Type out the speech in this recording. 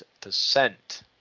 percent